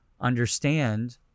understand